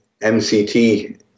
MCT